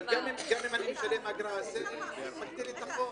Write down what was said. ממילא בסוף האגרות הן תמיד על החייב.